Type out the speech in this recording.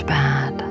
bad